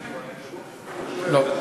לא.